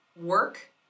work